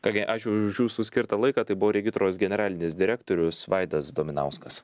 taigi ačiū už jūsų skirtą laiką tai buvo regitros generalinis direktorius vaidas dominauskas